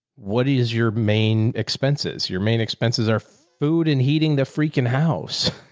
what is your main expenses? your main expenses are food and heating the freaking house.